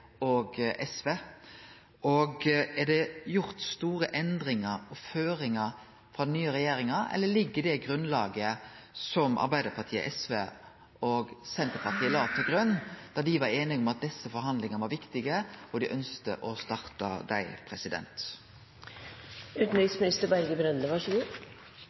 og SV. Er det gjort store endringar og gitt føringar frå den nye regjeringa, eller ligg det der, det som Arbeidarpartiet, SV og Senterpartiet la til grunn da dei var einige om at desse forhandlingane var viktige og dei ønskte å starte dei?